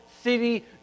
city